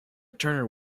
turner